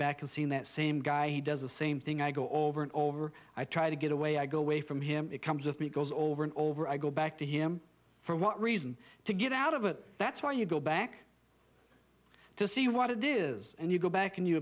back and seeing that same guy does the same thing i go over and over i try to get away i go away from here it comes with me it goes over and over i go back to him for what reason to get out of it that's why you go back to see what it is and you go back and you